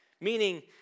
Meaning